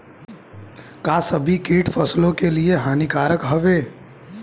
का सभी कीट फसलों के लिए हानिकारक हवें?